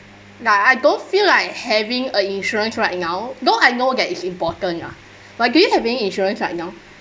like I don't feel like having a insurance right now though I know that is important lah like do you have any insurance right now